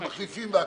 שמחליפים הכול,